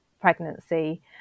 pregnancy